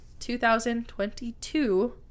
2022